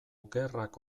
gerrak